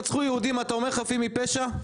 רצחו יהודים אתה אומר חפים מפשע?